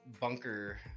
bunker